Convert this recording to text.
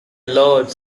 lords